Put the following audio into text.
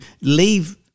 leave